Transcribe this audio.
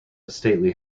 stately